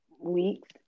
weeks